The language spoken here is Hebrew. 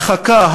הרחקה,